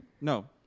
No